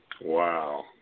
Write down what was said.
Wow